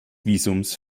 visums